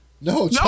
no